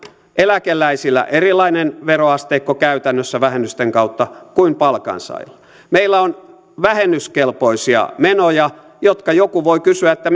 eläkeläisillä erilainen veroasteikko käytännössä vähennysten kautta kuin palkansaajilla meillä on vähennyskelpoisia menoja joista joku voi kysyä että